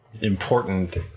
important